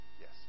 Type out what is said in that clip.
Yes